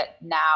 now